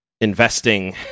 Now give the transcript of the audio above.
investing